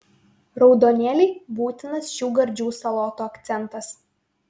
raudonėliai būtinas šių gardžių salotų akcentas